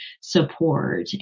support